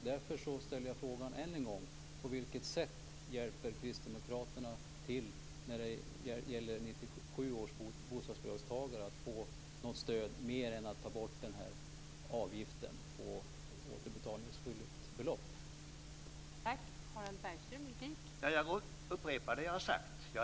Därför ställer jag frågan än en gång: På vilket sätt hjälper kristdemokraterna till när det gäller 1997 års bostadsbidragstagare och deras möjlighet att få stöd, mer än att man tar bort avgiften på återbetalningsskyldigt belopp?